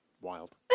Wild